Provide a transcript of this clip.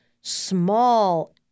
small